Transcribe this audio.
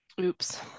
Oops